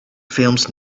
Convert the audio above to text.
films